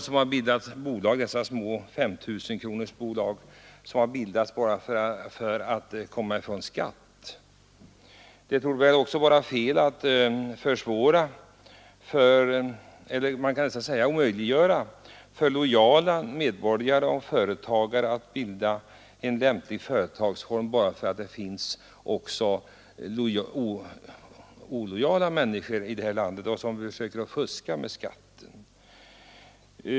Men alla små 5 000-kronorsbolag har väl inte bildats för att komma ifrån skatt. Det torde också vara fel att försvåra — man kan nästan säga omöjliggöra — för lojala medborgare att använda en lämplig företagsform bara därför att det också finns människor i det här landet som försöker fuska med skatten.